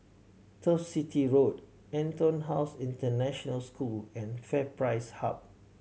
Turf City Road EtonHouse International School and FairPrice Hub